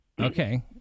Okay